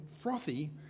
frothy